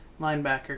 linebacker